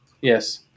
Yes